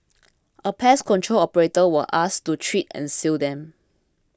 a pest control operator was asked to treat and seal them